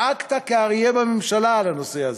שאגת כאריה בממשלה על הנושא הזה.